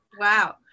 wow